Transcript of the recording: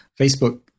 Facebook